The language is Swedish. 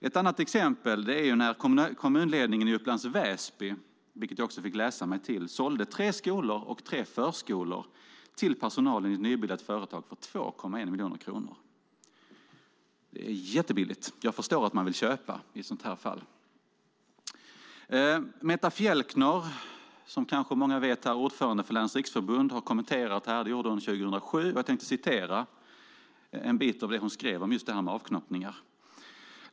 Ett annat exempel är när kommunledningen i Upplands Väsby - vilket jag fick läsa mig till - sålde tre skolor och tre förskolor till personalen i ett nybildat företag för 2,1 miljoner kronor. Det är jättebilligt - jag förstår att man vill köpa i ett sådant fall. Metta Fjelkner, som kanske många vet är ordförande i Lärarnas Riksförbund, kommenterade det här 2007, och jag ska citera en bit av det hon skrev om just avknoppningar.